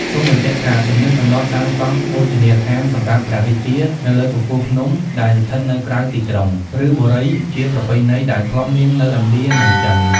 សូមបញ្ជាក់ថា ទំនៀមទម្លាប់សាងសង់ បូជនីយដ្ឋានសម្រាប់ព្រះរាជា នៅលើកំពូលភ្នំដែលស្ថិតនៅក្រៅទីក្រុង ឬ បុរីជាប្រពៃណី ដែលធ្លាប់មាននៅឥណ្ឌា និងចិន ។